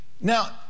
Now